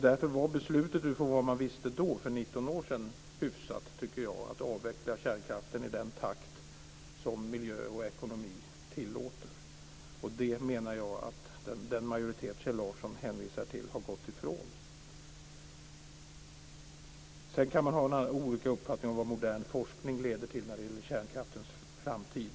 Därför var beslutet för 19 år sedan hyfsat - i förhållande till vad man då visste - nämligen att man skulle avveckla kärnkraften i den takt som miljön och ekonomin tillät. Jag menar att den majoritet som Kjell Larsson hänvisar till har gått ifrån det. Man kan ha olika uppfattning om vad modern forskning leder till när det gäller kärnkraftens framtid.